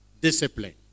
discipline